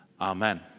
Amen